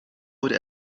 wurde